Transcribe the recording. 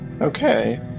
Okay